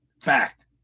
Fact